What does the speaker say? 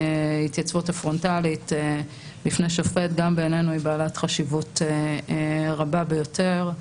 ההתייצבות הפרונטלית בפני שופט גם בעינינו היא בעלת חשיבות רבה ביותר.